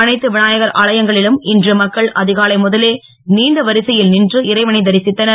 அனைத்து விநாயகர் ஆலயங்களிலும் இன்று மக்கள் அதிகாலை முதலே நீண்ட வரிசையில் நின்று இறைவனை தரிசித்தனர்